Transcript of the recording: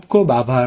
ખુબ ખુબ આભાર